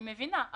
אני מבינה,